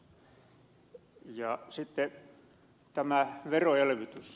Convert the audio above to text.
sitten tämä veroelvytys